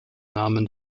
namen